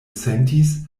sentis